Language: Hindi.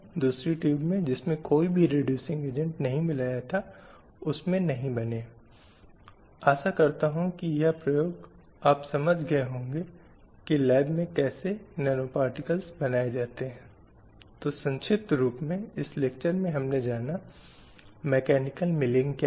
और ब्रिटिश सुधारवादी आंदोलन इसलिए एक तरह की जागरूकता इस प्रक्रिया में पैदा की गई थी जिसमें महिलाओं के अधिकारों को स्थापित करने की मांग की गई थी लेकिन बहुत कुछ किया जाना बाकी है